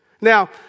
Now